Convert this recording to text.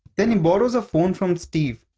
then, he borrows a phone from steve,